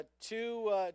two